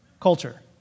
culture